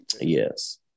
Yes